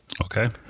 Okay